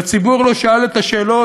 והציבור לא שאל את השאלות,